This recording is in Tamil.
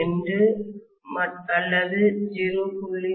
2 அல்லது 0